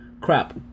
Crap